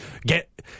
Get